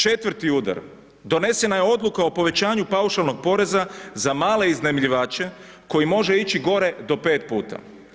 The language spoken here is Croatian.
Četvrti udar, donesena je odluka o povećanju paušalnog poreza za male iznajmljivače koji može ići gore do 5 puta.